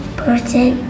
person